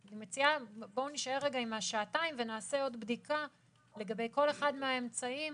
בואו נישאר עם השעתיים ונעשה עוד בדיקה לגבי כל אחד מהאמצעים